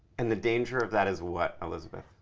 and the danger of that is what, elizabeth?